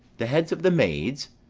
the heads of the maids?